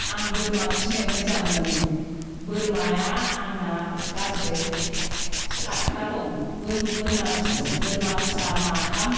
आं बोरमा फिसिनो मोजां मोनो बोरमाया आंना गासै सातथा दं बोरमा फिसा माथाम